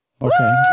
Okay